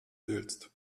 willst